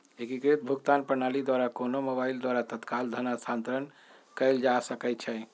एकीकृत भुगतान प्रणाली द्वारा कोनो मोबाइल द्वारा तत्काल धन स्थानांतरण कएल जा सकैछइ